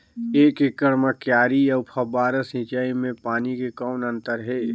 एक एकड़ म क्यारी अउ फव्वारा सिंचाई मे पानी के कौन अंतर हे?